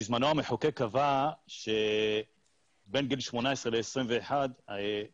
בזמנו המחוקק קבע שבין גיל 18 ל-21 הילד